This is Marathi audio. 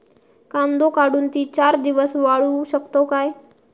कांदो काढुन ती चार दिवस वाळऊ शकतव काय?